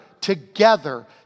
together